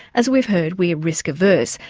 as we've heard, we're risk adverse,